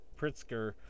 Pritzker